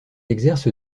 exerce